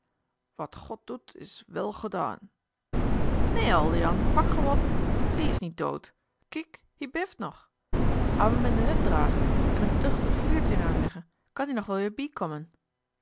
wat god doet is wel gedaon nee oldejan pak gauw op hie is niet dood kiek hie bêft nog en de hut dragen en een duchtig vuurtien anleggen kan ie nog wel